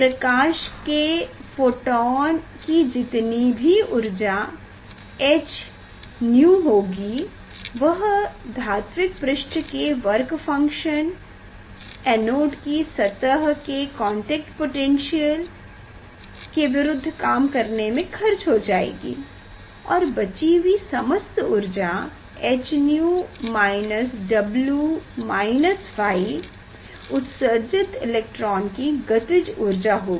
प्रकाश के फोटोन की जीतने भी ऊर्जा h𝛎 होगी वह धात्विक पृष्ठ के वर्क फंकशन एनोड की सतह के कांटैक्ट पोटैन्श्यल के विरुद्ध काम करने में खर्च हो जाएगी और बची हुई समस्त ऊर्जा hv W ϕ उत्सर्जित इलेक्ट्रॉन की गतिज ऊर्जा होगी